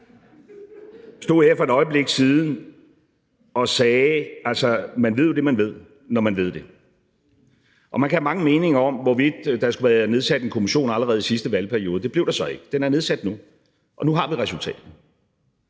stod her for et øjeblik siden og sagde: Man ved det, man ved, når man ved det. Og man kan have mange meninger om, hvorvidt der skulle være nedsat en kommission allerede i sidste valgperiode. Det blev der så ikke, men den er nedsat nu, og nu har vi resultatet,